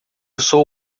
sou